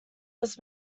was